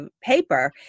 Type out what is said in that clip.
paper